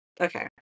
Okay